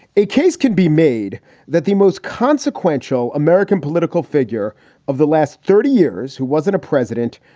a case could be made that the most consequential american political figure of the last thirty years who wasn't a president,